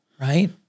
right